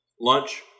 lunch